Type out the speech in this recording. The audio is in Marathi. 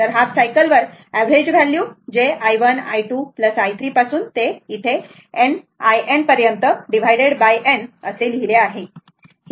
तर हाफ सायकलवर एव्हरेज व्हॅल्यू जे i1 i2 i3 पासून ते इथे पर्यंत n लिहिले आहे